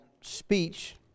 speech